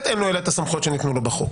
אין אלא את הסמכויות שניתנו לו בחוק.